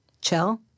chill